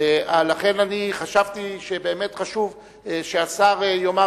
לכן חשבתי שחשוב שהשר יאמר